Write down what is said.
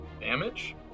damage